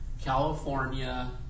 California